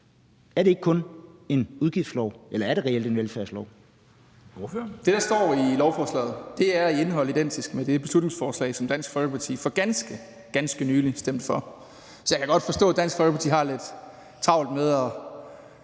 Kl. 11:02 Christian Rabjerg Madsen (S): Det, der står i lovforslaget, er i indhold identisk med det beslutningsforslag, som Dansk Folkeparti for ganske nylig stemte for. Så jeg kan godt forstå, at Dansk Folkeparti har lidt travlt med